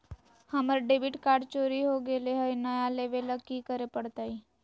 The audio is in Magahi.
हमर डेबिट कार्ड चोरी हो गेले हई, नया लेवे ल की करे पड़तई?